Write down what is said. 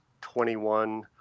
21